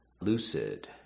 lucid